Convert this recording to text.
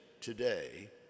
today